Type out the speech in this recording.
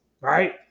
right